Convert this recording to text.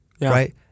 right